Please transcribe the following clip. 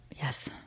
Yes